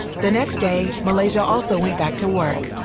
the next day, malaysia also went back to work.